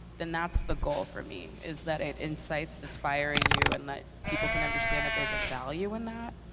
then that's the goal for me is that it incites this fire in you and that people can understand that there's a value in that.